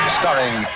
starring